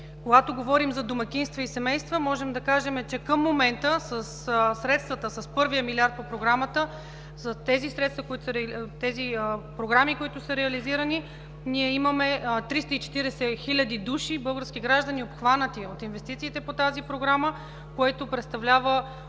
Когато говорим за домакинства и семейства, можем да кажем, че към момента със средствата, с първия милиард по Програмата, с тези програми, които са реализирани, ние имаме 340 хиляди души, български граждани, обхванати от инвестициите по тази Програма, което представлява